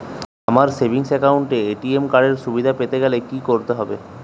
আমার savings account এ ATM card এর সুবিধা পেতে গেলে কি করতে হবে?